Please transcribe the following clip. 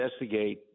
investigate